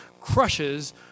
crushes